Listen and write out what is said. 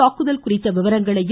தாக்குதல் குறித்த விவரங்களையும்